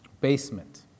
basement